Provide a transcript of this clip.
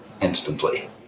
instantly